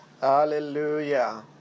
Hallelujah